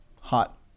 Hot